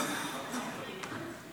שלוש דקות לרשותך.